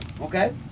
Okay